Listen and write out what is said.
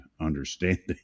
understanding